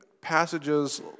passages